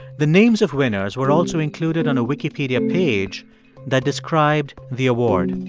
the names of winners were also included on a wikipedia page that described the award.